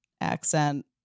accent